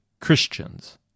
Christians